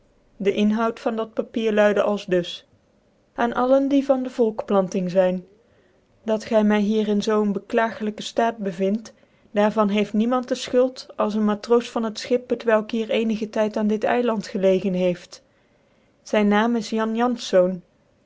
den inhoud van dit papier luide aldus aan alle die van de volkplanting zyn dat gy my hier in zoo een beklage hjkc ftaatbêvint daar van heeft nie mint je fchuld als ccn matroos van het schip t welk hier cenigen tyd aan dit euant gelegen heeft zyn naam is jan janfz